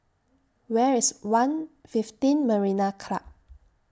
Where IS one fifteen Marina Club